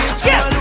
skip